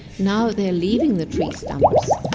now they're leaving the tree stumps,